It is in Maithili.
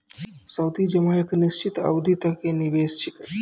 सावधि जमा एक निश्चित अवधि तक के निवेश छिकै